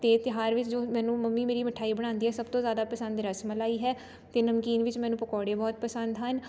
ਅਤੇ ਤਿਉਹਾਰ ਵਿੱਚ ਜੋ ਮੈਨੂੰ ਮੰਮੀ ਮੇਰੀ ਮਿਠਾਈ ਬਣਾਉਂਦੀ ਹੈ ਸਭ ਤੋਂ ਜ਼ਿਆਦਾ ਪਸੰਦ ਰਸ ਮਲਾਈ ਹੈ ਅਤੇ ਨਮਕੀਨ ਵਿੱਚ ਮੈਨੂੰ ਪਕੌੜੇ ਬਹੁਤ ਪਸੰਦ ਹਨ